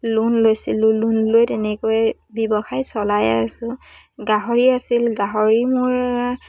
loan লৈছিলোঁ loan লৈ তেনেকৈ ব্যৱসায় চলাইয়ে আছো গাহৰি আছিল গাহৰি মোৰ